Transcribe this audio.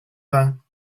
vingts